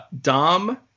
Dom